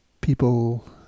people